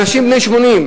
לאנשים בני 80,